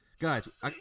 Guys